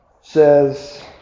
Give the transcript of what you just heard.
says